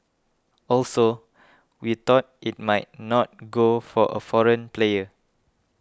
also we thought it might not go for a foreign player